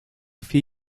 few